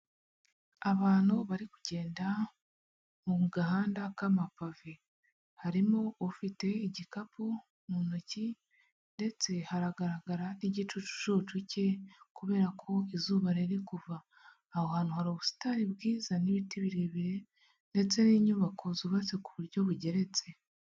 Abantu bari kugenda mu gahanda k'amapave, harimo ufite igikapu mu ntoki ndetse haragaragara n'igicucu cye, kubera ko izuba riri kuva, aho hantu hari ubusitani bwiza n'ibiti birebire ndetse n'inyubako zubatse ku buryo bugeretse.